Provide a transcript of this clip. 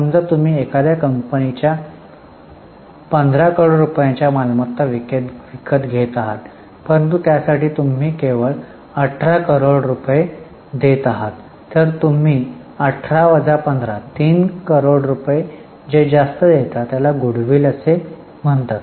समजा तुम्ही एखाद्या कंपनीच्या 15 करोड रुपयांच्या मालमत्ता विकत घेत आहात परंतु त्यासाठी तुम्ही 18 करोड रुपये देत आहात तर तुम्ही 18 15 3 करोड रुपये जे जास्त देता त्याला Goodwill असे म्हणतात